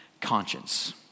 conscience